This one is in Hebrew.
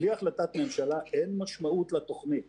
בלי החלטת ממשלה אין משמעות לתוכנית